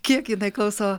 kiek jinai klauso